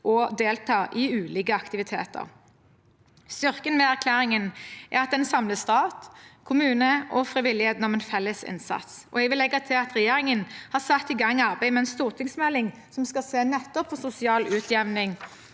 og delta i ulike aktiviteter. Styrken med erklæringen er at den samler stat, kommune og frivilligheten om en felles innsats. Jeg vil legge til at regjeringen har satt i gang arbeidet med en stortingsmelding som skal se på sosial utjevning